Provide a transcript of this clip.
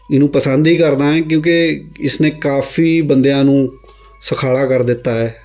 ਇਹਨੂੰ ਪਸੰਦ ਹੀ ਕਰਦਾ ਹੈ ਕਿਉਂਕਿ ਇਸ ਨੇ ਕਾਫ਼ੀ ਬੰਦਿਆਂ ਨੂੰ ਸਖਾਲਾ ਕਰ ਦਿੱਤਾ ਹੈ